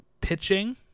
pitching